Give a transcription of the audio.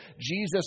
Jesus